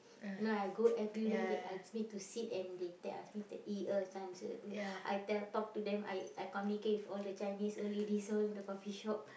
you know I go everywhere they ask me sit and they ask me to 一二三: yi er san I t~ I talk to them I I communicate with all the Chinese old ladies so in the coffee-shop